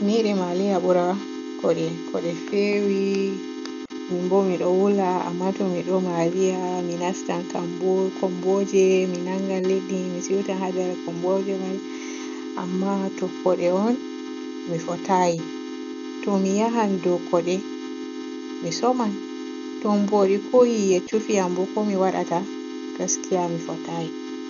Mi yiɗi maliya bura kode kode feewii min bo mi ɗo woola amma to mi ɗo maliya mi nastan kambo-kambuje, mi nangan liddi, mi siiwtan haa nder kumbuje may amma to koode on mi futay. To mi yan ɗo koode mi sooman, to boode ko yiye cuufi am bo ko waadata? Gaskiya mi futay.